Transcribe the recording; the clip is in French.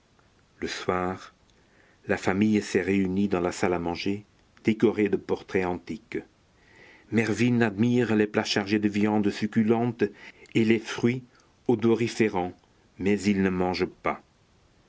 le soir la famille s'est réunie dans la salle à manger décorée de portraits antiques mervyn admire les plats chargés de viandes succulentes et les fruits odoriférants mais il ne mange pas